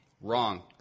Wrong